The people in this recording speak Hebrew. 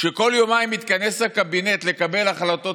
כשכל יומיים מתכנס הקבינט לקבל החלטות